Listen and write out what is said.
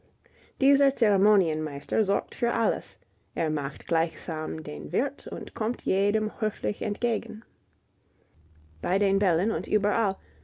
dieser zeremonienmeister sorgt für alles er macht gleichsam den wirt und kommt jedem höflich entgegen bei den bällen und überall